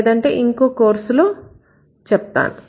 లేదంటే ఇంకో కోర్సులో చెప్తాను